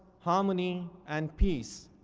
harmony, and peace,